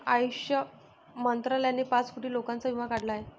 आयुष मंत्रालयाने पाच कोटी लोकांचा विमा काढला आहे